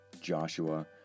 Joshua